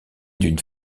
d’une